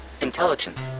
Intelligence